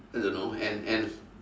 I don't know and and